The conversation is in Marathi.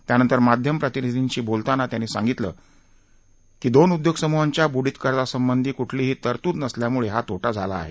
त्यानंतर माध्यम प्रतिनिधींशी बोलताना त्यांनी सांगितलं की दोन उद्योग समूहांच्या बुडित कर्जासंबंधी कुठलीही तरदूत नसल्यामुळे हा तोटा झाला आहे